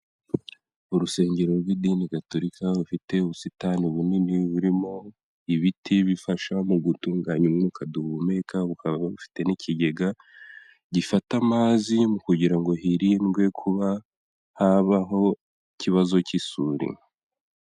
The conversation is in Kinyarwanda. Urusengero rw'idini Gatolika rufite ubusitani bunini, burimo ibiti bifasha mu gutunganya umwuka duhumeka, bukaba bufite n'ikigega gifata amazi kugira ngo hirindwe kuba habaho ikibazo cy'isuri.